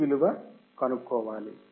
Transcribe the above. C విలువ కనుక్కోవాలి